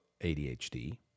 ADHD